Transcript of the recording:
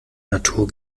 natur